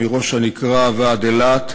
מראש-הנקרה ועד אילת,